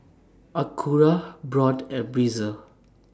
Acura Braun and Breezer